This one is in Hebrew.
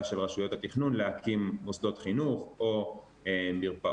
של רשויות התכנון להקים מוסדות חינוך או מרפאות.